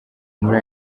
muri